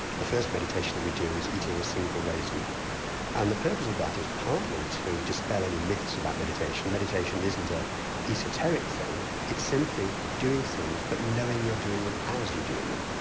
the first meditation we do is eating a single raisin and the purpose of that is partly to dispel any myths about meditation, meditation isn't an ah esoteric thing it's simply doing things but knowing you're doing them as you're doing them.